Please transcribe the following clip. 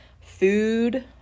food